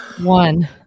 One